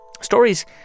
stories